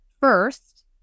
first